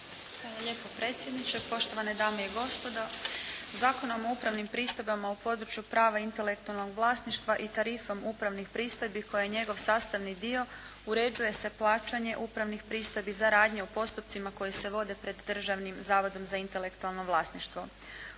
lijepo predsjedniče, poštovane dame i gospodo. Zakonom o upravnim pristojbama u području prava intelektualnog vlasništva i tarifom upravnih pristojbi koja je njegov sastavni dio, uređuje se plaćanje upravnih pristojbi za radnje u postupcima koji se vode pred Državnim zavodom za intelektualno vlasništvo.